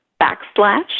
backslash